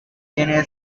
tiene